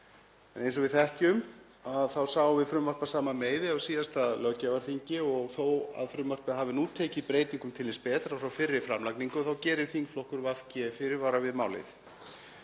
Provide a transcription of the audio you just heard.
Eins og við þekkjum þá sáum við frumvarp af sama meiði á síðasta löggjafarþingi og þó að frumvarpið hafi nú tekið breytingum til hins betra frá fyrri framlagningu gerir þingflokkur VG fyrirvara við málið.